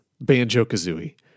Banjo-Kazooie